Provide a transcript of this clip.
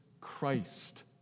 Christ